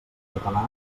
català